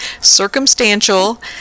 circumstantial